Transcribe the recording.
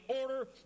order